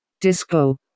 Disco